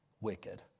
wicked